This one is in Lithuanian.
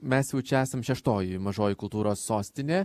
mes jau čia esam šeštoji mažoji kultūros sostinė